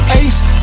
ace